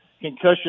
concussion